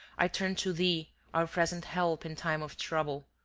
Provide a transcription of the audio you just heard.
i turn to thee, our present help in time of trouble,